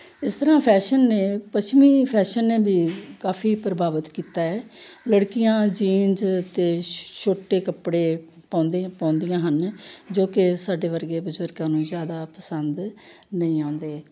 ਇਸ ਤਰ੍ਹਾਂ ਫੈਸ਼ਨ ਨੇ ਪੱਛਮੀ ਫੈਸ਼ਨ ਨੇ ਵੀ ਕਾਫੀ ਪ੍ਰਭਾਵਿਤ ਕੀਤਾ ਹੈ ਲੜਕੀਆਂ ਜੀਨਜ ਅਤੇ ਛੋਟੇ ਕੱਪੜੇ ਪਾਉਂਦੇ ਪਾਉਂਦੀਆਂ ਹਨ ਜੋ ਕਿ ਸਾਡੇ ਵਰਗੇ ਬਜ਼ੁਰਗਾਂ ਨੂੰ ਜ਼ਿਆਦਾ ਪਸੰਦ ਨਹੀਂ ਆਉਂਦੇ